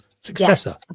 Successor